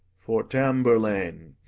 for tamburlaine,